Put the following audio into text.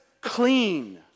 clean